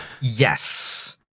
Yes